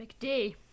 mcd